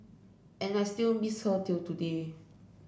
and I still miss her till today